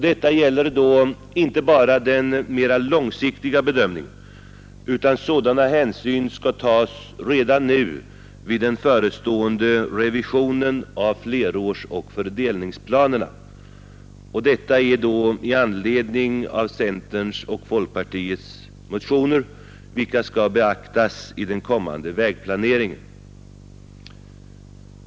Detta gäller då inte bara den mera långsiktiga bedömningen, utan sådana hänsyn skall tas redan nu vid den förestående revisionen av flerårsoch fördelningsplanerna. Denna skrivning är föranledd av centerns och folkpartiets partimotioner, vilka skall beaktas i den kommande vägplaneringen.